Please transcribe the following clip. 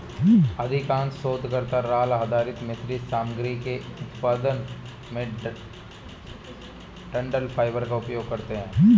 अधिकांश शोधकर्ता राल आधारित मिश्रित सामग्री के उत्पादन में डंठल फाइबर का उपयोग करते है